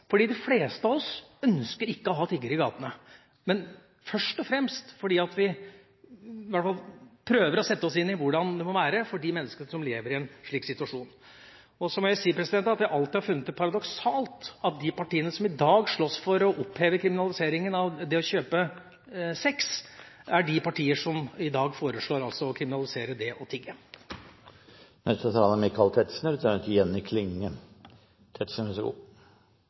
fordi vi i hvert fall prøver å sette oss inn i hvordan det må være for de menneskene som lever i en slik situasjon. Så må jeg si at jeg alltid har funnet det paradoksalt at de partiene som i dag slåss for å oppheve kriminaliseringen av det å kjøpe sex, er de partier som i dag altså foreslår å kriminalisere det å tigge. Jeg merket meg at foregående taler,